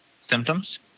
symptoms